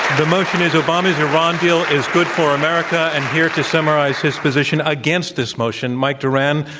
the motion is obama's iran deal is good for america, and here to summarize his position against this motion, mike doran,